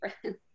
friends